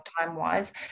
time-wise